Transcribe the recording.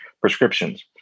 prescriptions